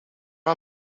our